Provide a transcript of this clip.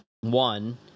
one